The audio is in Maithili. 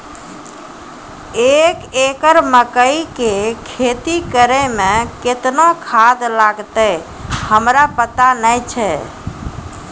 एक एकरऽ मकई के खेती करै मे केतना खाद लागतै हमरा पता नैय छै?